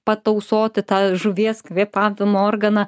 patausoti tą žuvies kvėpavimo organą